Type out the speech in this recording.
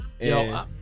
Yo